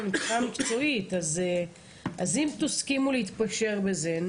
אם תסכימו להתפשר בזה,